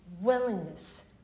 willingness